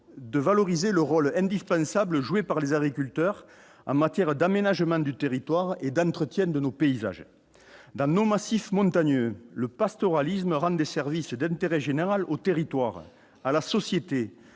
de valoriser le rôle indispensable jouer par les agriculteurs en matière d'aménagement du territoire et d'entretien de nos paysages dans nos massifs montagneux le pastoralisme rendent des services d'intérêt général au territoire à la société,